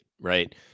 right